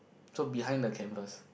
so behind the canvas